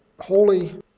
holy